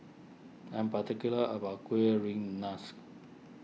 I'm particular about Kueh Rengas